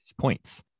points